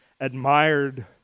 admired